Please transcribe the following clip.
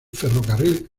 ferrocarril